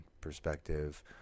perspective